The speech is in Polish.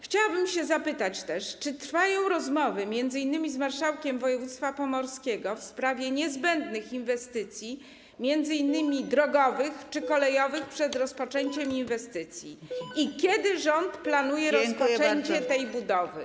Chciałabym też zapytać, czy trwają rozmowy m.in. z marszałkiem województwa pomorskiego w sprawie niezbędnych inwestycji, m.in. drogowych czy kolejowych, przed rozpoczęciem inwestycji i kiedy rząd planuje rozpoczęcie tej budowy.